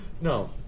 No